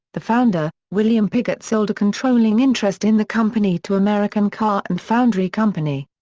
the founder, william pigott sold a controlling interest in the company to american car and foundry company.